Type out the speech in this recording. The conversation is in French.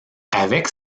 avec